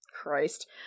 Christ